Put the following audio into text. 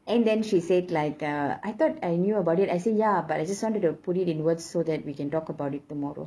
and then she said like uh I thought I knew about it I said ya but I just wanted to put it in words so that we can talk about it tomorrow